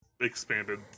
expanded